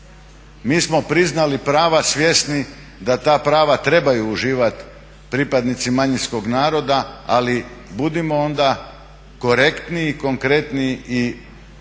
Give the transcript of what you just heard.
Mi smo priznali prava svjesni da ta prava trebaju uživati pripadnici manjinskog naroda, ali budimo onda korektniji, konkretniji i